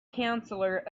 counselor